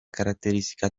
caratteristica